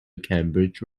cambridge